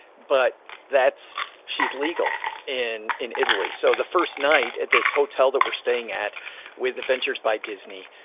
but that's, she's legal in in italy. so the first night at this hotel that we're staying at with adventures by disney,